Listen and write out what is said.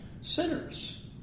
sinners